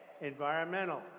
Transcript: environmental